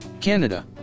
Canada